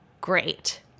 great